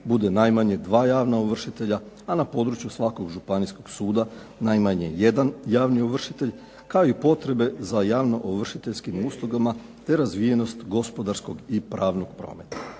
bude najmanje dva javna ovršitelja, a na području svakog županijskog suda najmanje jedan javni ovršitelj, kao i potrebe za javnoovršiteljskim uslugama te razvijenost gospodarskog i pravnog prometa.